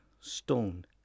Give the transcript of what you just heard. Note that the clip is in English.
stone